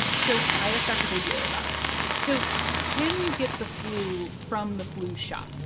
so i asked dr. bouvier about it so can you get the flu from the flu shot?